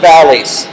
Valleys